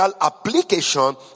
application